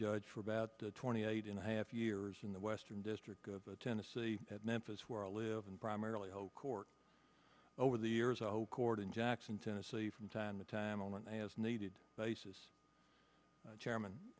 judge for about twenty eight and a half years in the western district of the tennessee at memphis where i live and primarily whole court over the years all court in jackson tennessee from time to time on an as needed basis chairman